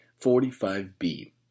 45b